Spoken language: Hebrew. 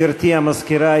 גברתי המזכירה,